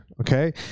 Okay